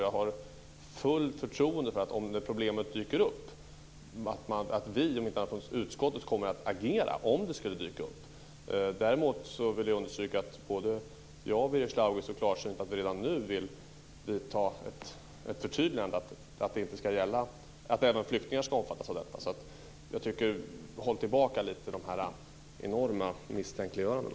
Jag har fullt förtroende för att vi och utskottet, om problemet dyker upp, kommer att agera. Däremot vill jag understryka att både jag och Birger Schlaug är så klarsynta att vi redan nu vill vidta ett förtydligande, att även flyktingar ska omfattas av detta. Jag tycker att Birger Schlaug ska hålla tillbaka lite dessa enorma misstänkliggöranden.